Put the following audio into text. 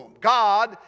God